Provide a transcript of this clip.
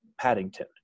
Paddington